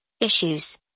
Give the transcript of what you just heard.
issues